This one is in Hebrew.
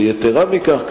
יתירה מכך,